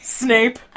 Snape